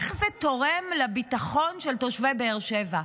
איך זה תורם לביטחון של תושבי באר שבע?